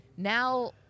Now